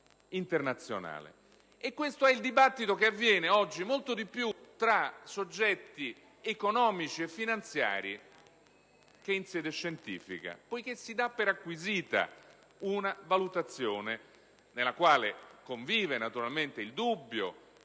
E questo è il dibattito che avviene oggi molto più tra i soggetti economici e finanziari che in sede scientifica, ripeto, poiché si dà per acquisita una valutazione, nella quale convive naturalmente il dubbio,